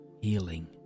healing